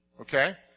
Okay